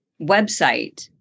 website